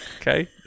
Okay